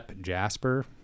Jasper